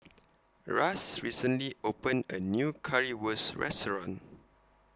Ras recently opened A New Currywurst Restaurant